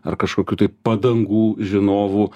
ar kažkokių tai padangų žinovų